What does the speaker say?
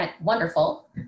wonderful